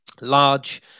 large